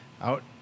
out